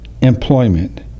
Employment